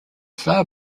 flower